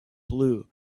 blue